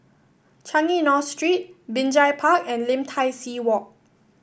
Changi North Street Binjai Park and Lim Tai See Walk